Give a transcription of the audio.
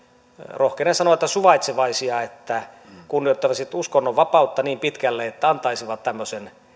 rohkenen sanoa suvaitsevaisia että kunnioittaisivat uskonnonvapautta niin pitkälle että antaisivat tämmöisen